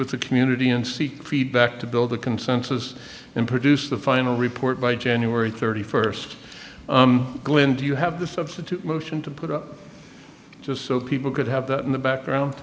with the community and see feedback to build the consensus and produce the final report by january thirty first glinda you have the motion to put up just so people could have that in the background